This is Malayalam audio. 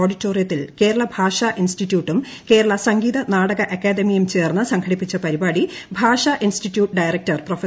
ഓ്ഡിറ്റോറിയത്തിൽ കേരള ഭാഷാ ഇൻസ്റ്റിറ്റ്യൂട്ടും കേരള സംഗീത നാടക അക്കാദമിയും ചേർന്ന് സംഘടിപ്പിച്ച പരിപാടി ഭാഷാ ഇൻസ്റ്റിറ്റ്യൂട്ട് ഡയറക്ടർ പ്രൊഫ